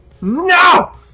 No